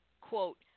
quote